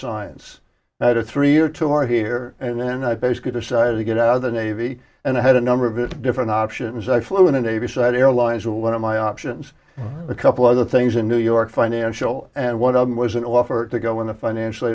science at a three year tour here and i basically decided to get out of the navy and i had a number of a different options i flew in a navy side airlines are one of my options a couple other things in new york financial and one of them was an offer to go in the financial